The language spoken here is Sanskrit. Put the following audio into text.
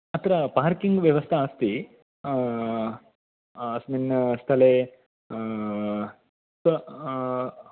अत्र पार्किङ्ग् व्यवस्था अस्ति अस्मिन् स्थले प